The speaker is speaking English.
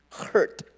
hurt